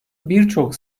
birçok